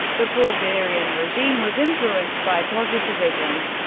the porfirian regime was influenced by positivism.